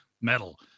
metal